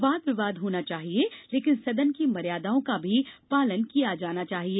वाद विवाद होना चाहिए लेकिन सदन की मर्यादाओं का भी पालन किया जाना चाहिए